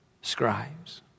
scribes